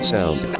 Sound